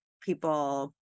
people